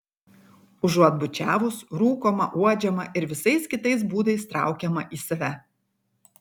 užuot bučiavus rūkoma uodžiama ir visais kitais būdais traukiama į save